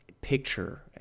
picture